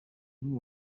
muntu